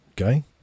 Okay